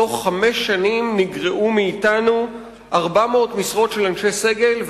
תוך חמש שנים נגרעו מאתנו 400 משרות של אנשי סגל,